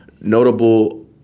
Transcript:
Notable